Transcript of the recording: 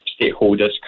stakeholders